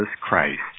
Christ